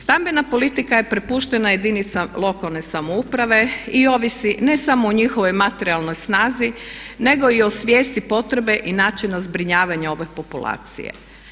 Stambena politika je prepuštena jedinicama lokalne samouprave i ovisi ne samo o njihovoj materijalnoj snazi nego i o svijesti potrebe i načina zbrinjavanja ove populacije.